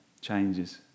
changes